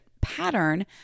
pattern